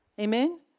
amen